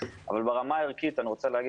אבל ברמה הערכית אנחנו,